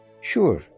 Sure